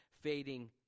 fading